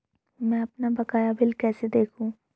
मैं अपना बकाया बिल कैसे देखूं?